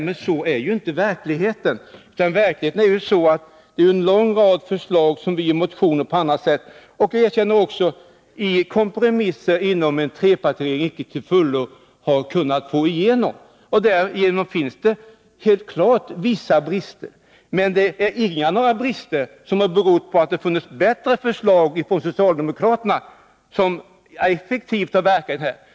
Men så är inte verkligheten. I verkligheten är det ju så att det är en lång rad förslag som vi i motioner och på annat sätt — och, erkänner jag, också i kompromisser inom trepartiregeringen —- icke till fullo har kunnat få igenom. Därigenom finns det helt klart vissa brister. Men det är inte några brister som har berott på att det har funnits bättre förslag från socialdemokraterna som effektivt har verkat här.